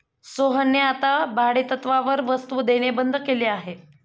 सोहनने आता भाडेतत्त्वावर वस्तु देणे बंद केले आहे